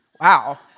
wow